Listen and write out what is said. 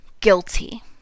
guilty